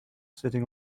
sitting